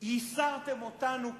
ייסרתם אותנו כאן,